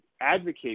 advocate